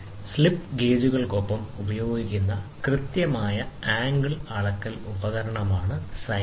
slip ഗേജുകൾക്കൊപ്പം ഉപയോഗിക്കുന്ന കൃത്യമായ ആംഗിൾ അളക്കൽ ഉപകരണമാണ് സൈൻ ബാർ